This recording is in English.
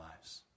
lives